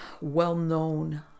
well-known